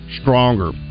stronger